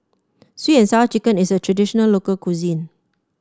sweet and Sour Chicken is a traditional local cuisine